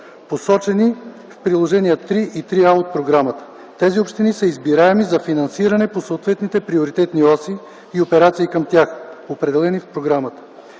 посочени в Приложения № 3 и 3а от програмата. Тези общини са избираеми за финансиране по съответните приоритетни оси и операции към тях, определени в програмата.